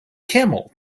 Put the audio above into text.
camel